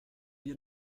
wir